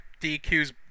DQs